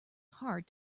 hard